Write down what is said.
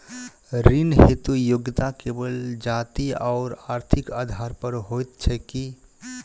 ऋण हेतु योग्यता केवल जाति आओर आर्थिक आधार पर होइत छैक की?